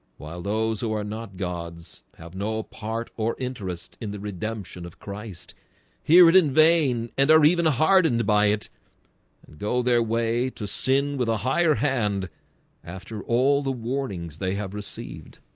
while those who are not gods have no ah part or interest in the redemption of christ here it in vain and are even hardened by it and go their way to sin with a higher hand after all the warnings they have received